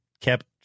kept